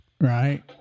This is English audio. Right